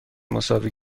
مساوی